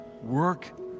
work